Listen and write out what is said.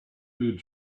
food